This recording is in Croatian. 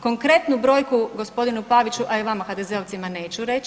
Konkretnu brojku gospodinu Paviću, a i vama HDZ-ovcima neću reći.